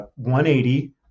180